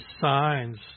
signs